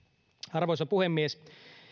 arvoisa puhemies